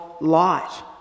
light